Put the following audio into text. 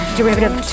derivative